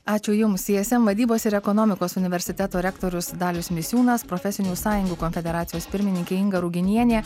ačiū jums ism vadybos ir ekonomikos universiteto rektorius dalius misiūnas profesinių sąjungų konfederacijos pirmininkė inga ruginienė